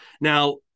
Now